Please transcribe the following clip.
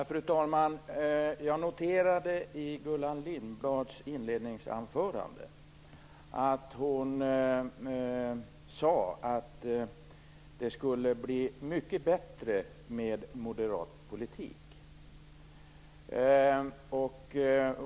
Fru talman! Jag noterade i Gullan Lindblads inledningsanförande att hon sade att det skulle bli mycket bättre med moderat politik.